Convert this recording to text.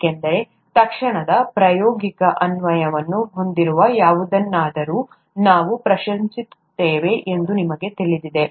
ಏಕೆಂದರೆ ತಕ್ಷಣದ ಪ್ರಾಯೋಗಿಕ ಅನ್ವಯವನ್ನು ಹೊಂದಿರುವ ಯಾವುದನ್ನಾದರೂ ನಾವು ಪ್ರಶಂಸಿಸುತ್ತೇವೆ ಎಂದು ನಿಮಗೆ ತಿಳಿದಿದೆ